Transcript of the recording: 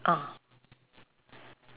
oh